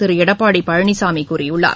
திரு எடப்பாடி பழனிசாமி கூறியுள்ளார்